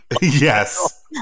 Yes